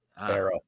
Arrow